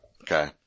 Okay